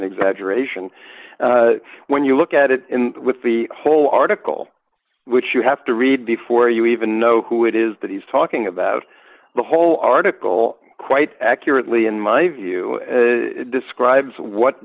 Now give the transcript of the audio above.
an exaggeration when you look at it with the whole article which you have to read before you even know who it is that he's talking about the whole article quite accurately in my view describes what